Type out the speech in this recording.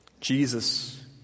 Jesus